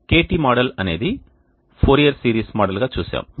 kt model అనేది Fourier series model గా చూసాము